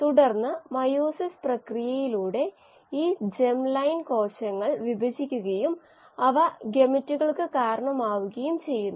അതേ സമയം നമുക്ക് ഏകദേശം 10 പവർ മൈനസ് 3 സെക്കൻഡ് ഉത്തരം ലഭിച്ചിട്ടുണ്ടെങ്കിൽ ഇത് പരിഹാസ്യമായി ഹ്രസ്വമാണെന്ന് തോന്നുന്നു